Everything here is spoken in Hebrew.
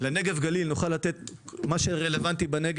לנגב ולגליל נוכל לתת את מה שרלוונטי להם,